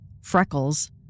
freckles